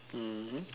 mmhmm